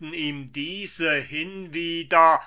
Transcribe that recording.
ihm hinwieder